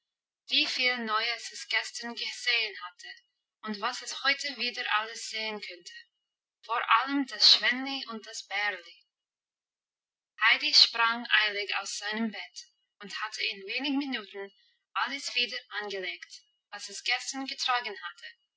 wie viel neues es gestern gesehen hatte und was es heute wieder alles sehen könnte vor allem das schwänli und das bärli heidi sprang eilig aus seinem bett und hatte in wenig minuten alles wieder angelegt was es gestern getragen hatte